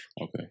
Okay